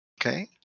Okay